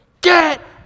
Get